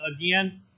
again